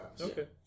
Okay